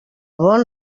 bon